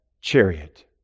chariot